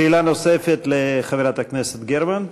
שאלה נוספת לחברת הכנסת גרמן.